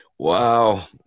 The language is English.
Wow